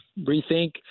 rethink